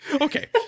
Okay